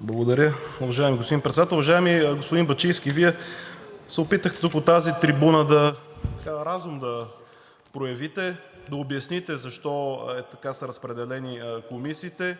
Благодаря, уважаеми господин Председател. Уважаеми господин Бачийски, Вие се опитахте тук от тази трибуна разум да проявите, да обясните защо така са разпределени комисиите